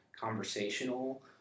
conversational